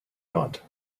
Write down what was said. got